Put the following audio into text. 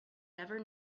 never